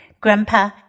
Grandpa